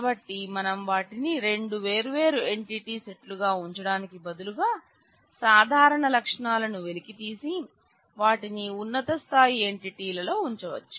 కాబట్టి మనం వాటిని రెండు వేర్వేరు ఎంటిటీ సెట్లుగా ఉంచడానికి బదులుగా సాధారణ లక్షణాలను వెలికితీసి వాటిని ఉన్నత స్థాయి ఎంటిటీలో ఉంచవచ్చు